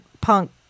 punk